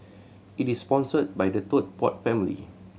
it is sponsored by the Tote Board family